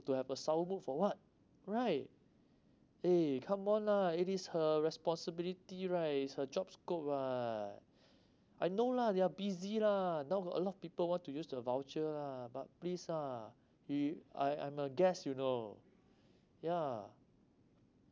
to have a sour mood for what right eh come on lah it is her responsibility right it's her job scope ah I know lah they're busy lah now got a lot people want to use the voucher lah but please ah you you I I I'm a guest you know yeah